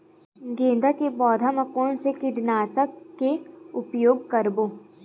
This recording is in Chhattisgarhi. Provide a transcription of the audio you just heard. गेंदा के पौधा म कोन से कीटनाशक के उपयोग करबो?